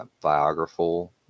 biographical